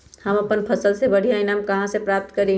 हम अपन फसल से बढ़िया ईनाम कहाँ से प्राप्त करी?